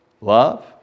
love